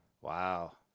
Wow